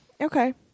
Okay